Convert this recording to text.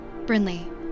Brinley